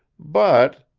but,